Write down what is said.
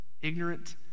ignorant